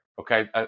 Okay